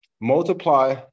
Multiply